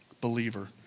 believer